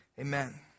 Amen